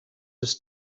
just